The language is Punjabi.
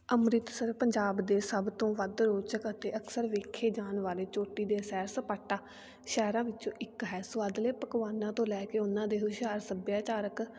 ਅੰਮ੍ਰਿਤਸਰ ਪੰਜਾਬ ਦੇ ਸਭ ਤੋਂ ਵੱਧ ਰੌਚਕ ਅਤੇ ਅਕਸਰ ਵੇਖੇ ਜਾਣ ਵਾਲੇ ਚੋਟੀ ਦੇ ਸੈਰ ਸਪਾਟਾ ਸ਼ਹਿਰਾਂ ਵਿੱਚੋਂ ਇੱਕ ਹੈ ਸਵਾਦਲੇ ਪਕਵਾਨਾਂ ਤੋਂ ਲੈ ਕੇ ਉਹਨਾਂ ਦੇ ਹੁਸ਼ਿਆਰ ਸੱਭਿਆਚਾਰਕ